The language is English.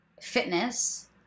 fitness